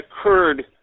occurred